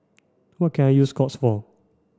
what can I use Scott's for